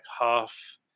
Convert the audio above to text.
half